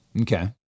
Okay